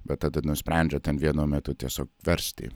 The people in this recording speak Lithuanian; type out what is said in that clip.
bet tada nusprendžiau ten vienu metu tiesiog versti